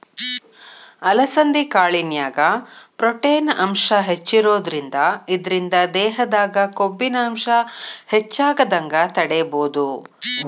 ಅಲಸಂಧಿ ಕಾಳಿನ್ಯಾಗ ಪ್ರೊಟೇನ್ ಅಂಶ ಹೆಚ್ಚಿರೋದ್ರಿಂದ ಇದ್ರಿಂದ ದೇಹದಾಗ ಕೊಬ್ಬಿನಾಂಶ ಹೆಚ್ಚಾಗದಂಗ ತಡೇಬೋದು